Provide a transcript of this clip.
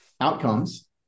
outcomes